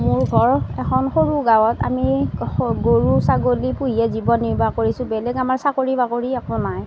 মোৰ ঘৰ এখন সৰু গাঁৱত আমি স গৰু ছাগলী পুহিয়েই জীৱন নিৰ্বাহ কৰিছোঁ বেলেগ আমাৰ চাকৰি বাকৰি একো নাই